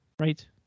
Right